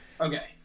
Okay